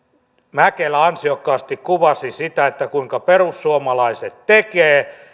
mäkelä ansiokkaasti kuvasi sitä kuinka perussuomalaiset tekee